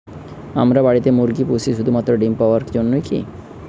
আমরা বাড়িতে মুরগি পুষি শুধু মাত্র ডিম পাওয়ার জন্যই কী?